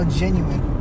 genuine